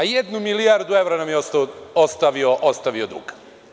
Jednu milijardu evra nam je ostavio duga.